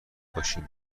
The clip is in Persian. باشیم